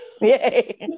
Yay